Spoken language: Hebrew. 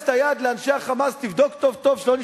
מה יש לכם?